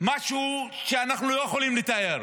משהו שאנחנו לא יכולים לתאר.